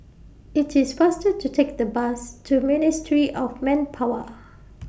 IT IS faster to Take The Bus to Ministry of Manpower